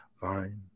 fine